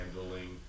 handling